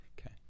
Okay